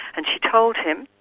and she told him,